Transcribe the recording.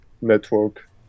network